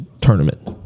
tournament